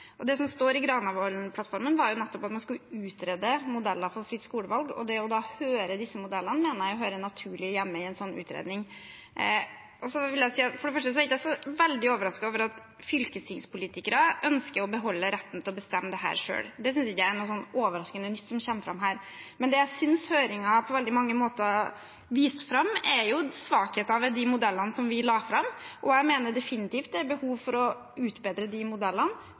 Det som står i Granavolden-plattformen, er jo nettopp at man skal utrede modeller for fritt skolevalg, og det å da «høre» disse modellene mener jeg hører naturlig hjemme i en sånn utredning. For det første er jeg ikke så veldig overrasket over at fylkestingspolitikere ønsker å beholde retten til å bestemme dette selv. Det som kommer fram her, synes ikke jeg er noe overraskende nytt, men det jeg synes høringen på veldig mange måter viste fram, er svakheter ved de modellene som vi la fram. Jeg mener definitivt at det er behov for å utbedre de modellene